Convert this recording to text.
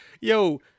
yo